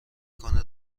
کنه